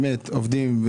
באמת עובדים,